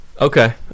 Okay